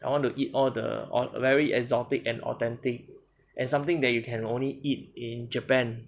I want to eat all the au~ very exotic and authentic and something that you can only eat in japan